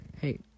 Hey